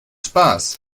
spaß